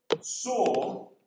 saw